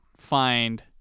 find